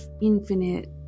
infinite